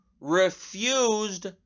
refused